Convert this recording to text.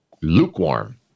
lukewarm